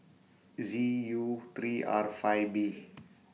Z U three R five B